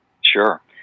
Sure